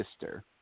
sister